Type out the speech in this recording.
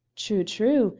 true! true!